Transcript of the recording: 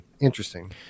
Interesting